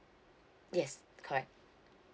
yes correct